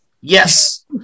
Yes